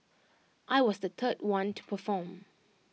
I was the third one to perform